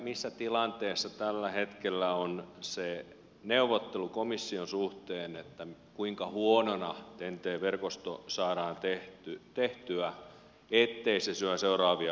missä tilanteessa tällä hetkellä on se neuvottelu komission suhteen kuinka huonona ten t verkosto saadaan tehtyä ettei se syö seuraavia budjetteja aivan nollaan